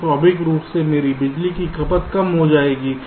तो स्वाभाविक रूप से मेरी बिजली की खपत कम हो जाएगी